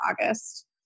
August